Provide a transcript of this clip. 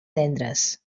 tendres